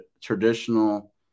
traditional